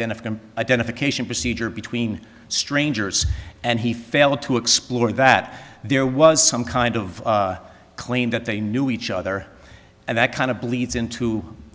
identify identification procedure between strangers and he failed to explore that there was some kind of claim that they knew each other and that kind of bleeds into